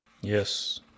Yes